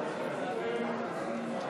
אני מתכבד להביא בפני הכנסת לקריאה